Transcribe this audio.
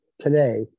today